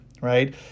right